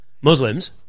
Muslims